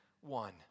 one